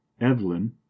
Evelyn